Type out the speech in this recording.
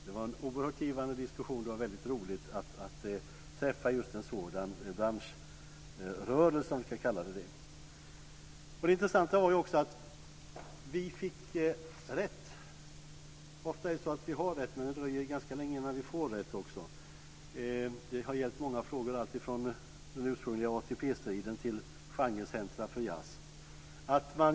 Det var en oerhört givande diskussion, och det var väldigt roligt att träffa just en sådan branschrörelse, om vi kan kalla det så. Det intressanta var också att vi fick rätt. Ofta är det så att vi har rätt men att det dröjer ganska länge innan vi också får rätt. Det har gällt många frågor alltifrån den ursprungliga ATP-striden till ett genrecentrum för jazz.